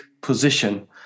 position